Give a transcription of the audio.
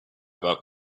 about